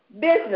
business